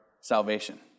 salvation